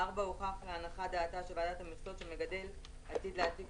הוכח להנחת דעתה של ועדת המכסות שהמגדל עתיד להעתיק